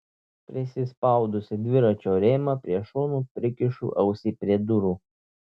prisispaudusi dviračio rėmą prie šono prikišu ausį prie durų